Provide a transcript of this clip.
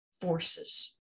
forces